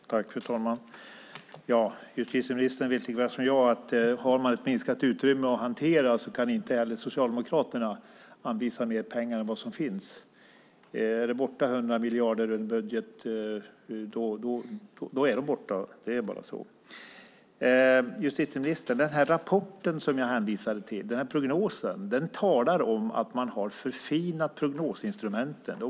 Fru talman! Justitieministern vet lika väl som jag att om man har ett minskat utrymme att hantera kan inte heller Socialdemokraterna anvisa mer pengar än vad som finns. Är det 100 miljarder borta ur en budget är de borta. Det är bara så. Justitieministern! I den här rapporten, den här prognosen, som jag hänvisade till talas det om att man har förfinat prognosinstrumenten.